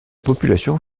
population